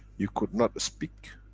you could not speak.